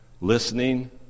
listening